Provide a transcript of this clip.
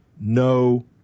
no